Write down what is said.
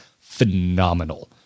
phenomenal